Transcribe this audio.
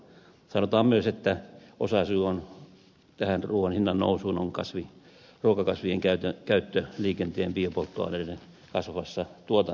sanotaan myös että osasyy tähän ruuan hinnan nousuun on ruokakasvien käyttö liikenteen biopolttoaineiden kasvavassa tuotannossa